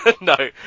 no